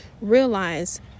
realize